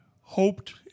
hoped